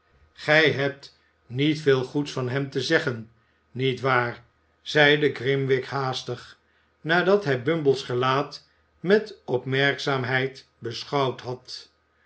gij hebt niet veel goeds van hem te zeggen niet waar zeide grimwig haastig nadat hij bumble's gelaat met opmerkzaamheid beschouwd had